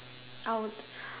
I would